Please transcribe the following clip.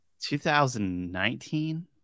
2019